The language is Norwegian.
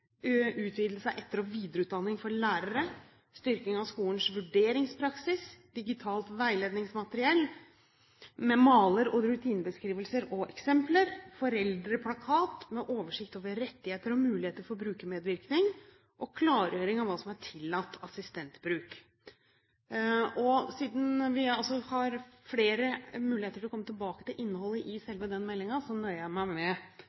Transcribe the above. utvidelse av etter- og videreutdanning for lærere, styrking av skolens vurderingspraksis, digitalt veiledningsmateriell med maler, rutinebeskrivelser og eksempler, foreldreplakat med oversikt over rettigheter og muligheter for brukermedvirkning, og klargjøring av hva som er tillatt assistentbruk. Siden vi altså har flere muligheter til å komme tilbake til innholdet i selve meldingen, nøyer jeg meg i denne omgang med